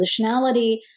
positionality